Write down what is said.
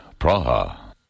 Praha